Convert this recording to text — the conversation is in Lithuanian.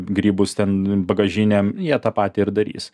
grybus ten bagažinėn jie tą patį ir darys